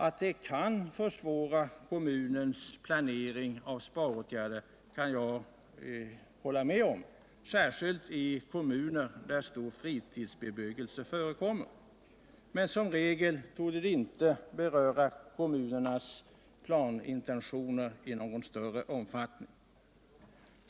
Att det kan försvåra kommunens planering av sparåtgärderna kan jag hålla med om, och det gäller särskilt kommuner med stor fritidsbebyggelse. Men som regel torde det inte beröra kommunernas planintentioner i någon större omfattning.